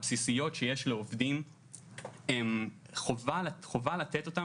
הבסיסיות שי לעובדים חובה לתת אותן